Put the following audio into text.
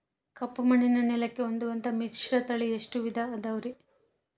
ಕಪ್ಪುಮಣ್ಣಿನ ನೆಲಕ್ಕೆ ಹೊಂದುವಂಥ ಮಿಶ್ರತಳಿ ಎಷ್ಟು ವಿಧ ಅದವರಿ?